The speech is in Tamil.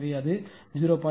எனவே அது 0